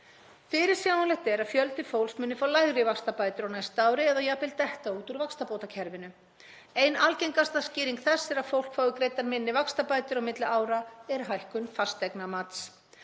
Fyrirsjáanlegt er að fjöldi fólks muni fá lægri vaxtabætur á næsta ári eða jafnvel detta út úr vaxtabótakerfinu. Ein algengasta skýring þess að fólk fái greiddar minni vaxtabætur á milli ára er hækkun fasteignamats.